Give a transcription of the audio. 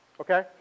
Okay